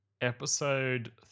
episode